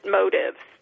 motives